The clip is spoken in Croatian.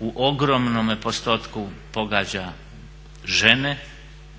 u ogromnome postotku pogađa žene